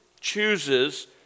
chooses